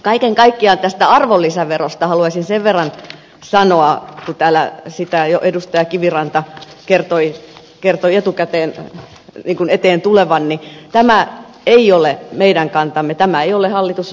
kaiken kaikkiaan tästä arvonlisäverosta haluaisin sen verran sanoa kun täällä jo edustaja kiviranta kertoi etukäteen sen korotuksen tulevan että tämä ei ole meidän kantamme tämä ei ole hallitusohjelman kanta